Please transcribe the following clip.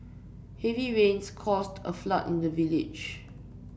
heavy rains caused a flood in the village